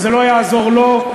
וזה לא יעזור לו,